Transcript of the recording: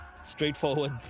Straightforward